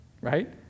right